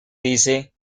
dice